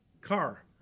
car